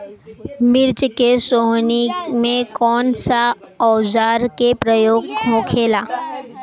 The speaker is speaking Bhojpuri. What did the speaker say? मिर्च के सोहनी में कौन सा औजार के प्रयोग होखेला?